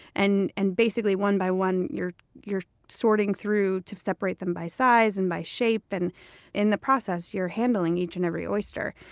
and and basically, one by one, you're you're sorting through to separate them by size and by shape. and in the process you're handling each and every oyster,